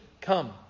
come